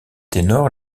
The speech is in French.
ténor